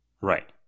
right